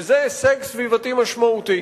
וזה הישג סביבתי משמעותי.